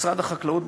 משרד החקלאות,